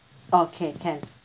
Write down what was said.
okay can